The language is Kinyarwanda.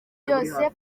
byose